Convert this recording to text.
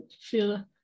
feel